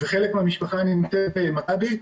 וחלק מהמשפחה נמצאת במכבי,